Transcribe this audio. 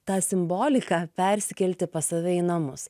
tą simboliką persikelti pas save į namus